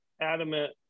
adamant